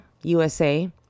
usa